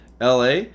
LA